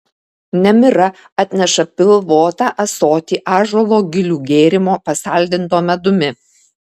nemira atneša pilvotą ąsotį ąžuolo gilių gėrimo pasaldinto medumi